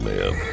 Man